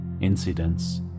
incidents